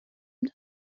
دارد